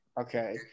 Okay